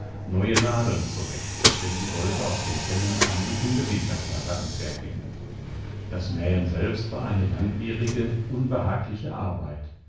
neue nadeln zurecht denn sie wollte aus den fellen anliegende winterkleider anfertigen das nähen selbst war eine langwierige unbehagliche arbeit